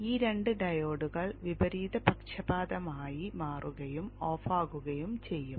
ഈ 2 ഡയോഡുകൾ വിപരീത പക്ഷപാതമായി മാറുകയും ഓഫാകുകയും ചെയ്യും